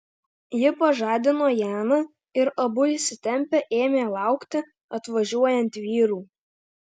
ji pažadino janą ir abu įsitempę ėmė laukti atvažiuojant vyrų